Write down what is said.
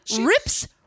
rips